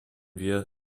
wir